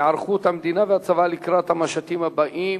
אנחנו ממשיכים בסדר-היום: היערכות המדינה והצבא לקראת המשטים הבאים,